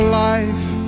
life